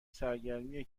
سرگرمی